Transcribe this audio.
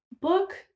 book